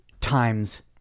times